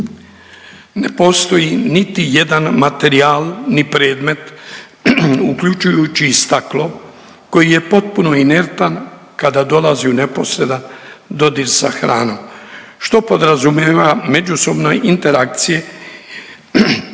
Ne postoji niti jedan materijal niti predmet uključujući i staklo koji je potpuno inertan kada dolazi u neposredan dodir sa hranom što podrazumijeva međusobne interakcije